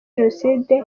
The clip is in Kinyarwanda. jenoside